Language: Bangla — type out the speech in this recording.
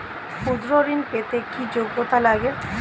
ক্ষুদ্র ঋণ পেতে কি যোগ্যতা লাগে?